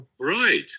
Right